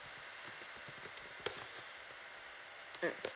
mm